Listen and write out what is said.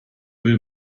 will